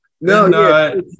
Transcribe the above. no